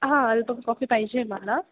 हां album copy पाहिजे आहे मला